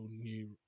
new